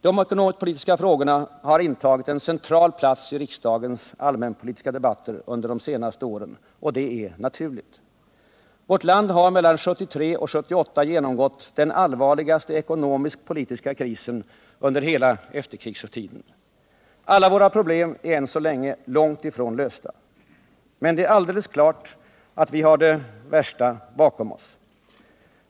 De ekonomisk-politiska frågorna har intagit en central plats i riksdagens allmänpolitiska debatter under de senaste åren, och det är naturligt. Vårt land har mellan åren 1973 och 1978 genomgått den allvarligaste ekonomisk-politiska krisen under hela efterkrigstiden. Alla våra problem är än så länge långt ifrån lösta. Men det är alldeles klart att vi har det värsta bakom oss.